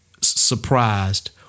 surprised